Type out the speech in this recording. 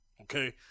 okay